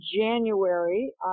January